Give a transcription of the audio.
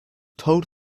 told